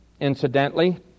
incidentally